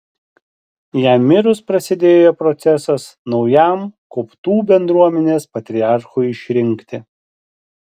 jam mirus prasidėjo procesas naujam koptų bendruomenės patriarchui išrinkti